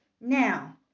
now